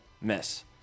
Miss